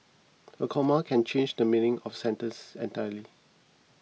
a comma can change the meaning of a sentence entirely